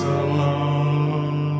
alone